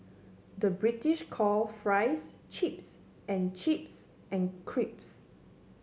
the British call fries chips and chips and crisps